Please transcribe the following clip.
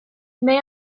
may